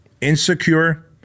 insecure